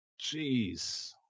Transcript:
Jeez